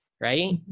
right